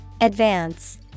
Advance